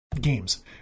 games